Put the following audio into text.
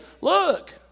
look